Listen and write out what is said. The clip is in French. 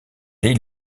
des